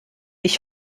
ich